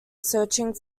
searching